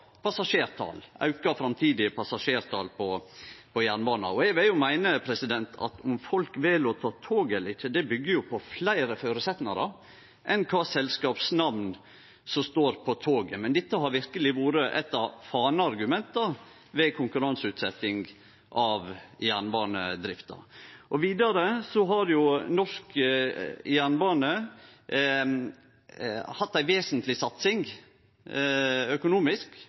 passasjertal, auka framtidige passasjertal på jernbana. Eg vil jo meine at om folk vel å ta tog eller ikkje, det byggjer på fleire føresetnader enn kva selskapsnamn som står på toget. Men dette har verkeleg vore eit av faneargumenta ved konkurranseutsetjing av jernbanedrifta. Norsk jernbane har hatt ei vesentleg satsing økonomisk